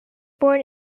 born